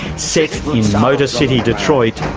set in motorcity, detroit,